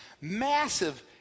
massive